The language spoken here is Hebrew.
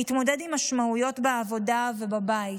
להתמודד עם משמעויות בעבודה ובבית,